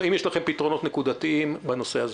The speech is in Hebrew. האם יש לכם פתרונות נקודתיים בנושא הזה?